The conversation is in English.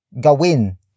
Gawin